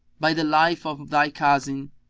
by the life of thy cousin,